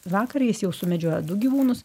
vakar jis jau sumedžiojo du gyvūnus